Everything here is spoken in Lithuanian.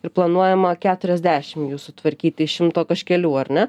ir planuojama keturiasdešim jų sutvarkyti iš šimto kažkelių ar ne